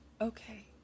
Okay